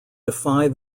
defy